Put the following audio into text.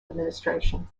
administration